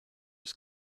was